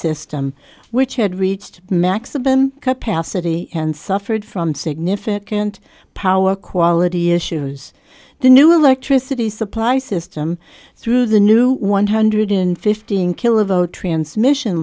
system which had reached maximum capacity and suffered from significant power quality issues the new electricity supply system through the new one hundred in fifteen kill of zero transmission